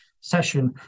session